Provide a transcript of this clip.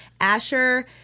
Asher